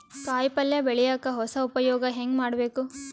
ಕಾಯಿ ಪಲ್ಯ ಬೆಳಿಯಕ ಹೊಸ ಉಪಯೊಗ ಹೆಂಗ ಮಾಡಬೇಕು?